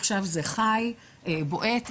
עכשיו זה חי, בועט.